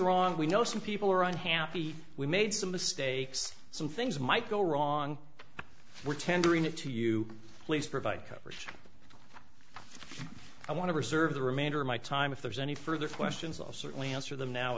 wrong we know some people are unhappy we made some mistakes some things might go wrong we're tendering it to you please provide cover i want to reserve the remainder of my time if there's any further questions i'll certainly answer them now